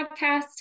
podcast